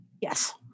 Yes